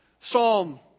Psalm